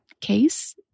case